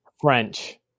French